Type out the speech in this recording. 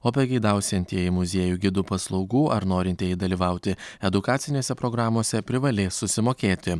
o pageidausiantieji muziejų gidų paslaugų ar norintieji dalyvauti edukacinėse programose privalės susimokėti